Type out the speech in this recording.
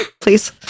Please